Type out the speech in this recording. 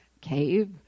cave